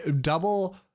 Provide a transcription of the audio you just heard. double